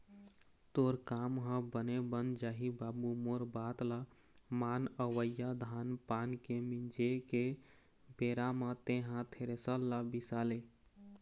तोर काम ह बने बन जाही बाबू मोर बात ल मान अवइया धान पान के मिंजे के बेरा म तेंहा थेरेसर ल बिसा ले